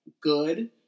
good